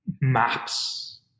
maps